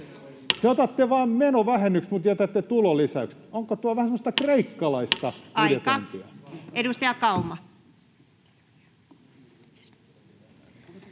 Te otatte vain menovähennykset mutta jätätte tulonlisäykset. Onko tuo vähän semmoista kreikkalaista budjetointia? Aika. — Edustaja Kauma.